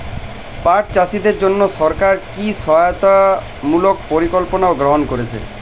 পাট চাষীদের জন্য সরকার কি কি সহায়তামূলক পরিকল্পনা গ্রহণ করেছে?